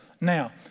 Now